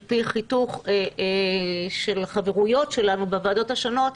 על פי חיתוך של חברויות שלנו בוועדות השונות,